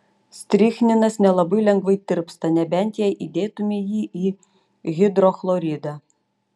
strichninas nelabai lengvai tirpsta nebent jei įdėtumei jį į hidrochloridą